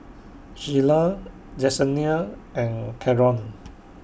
Shyla Jessenia and Caron